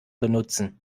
benutzen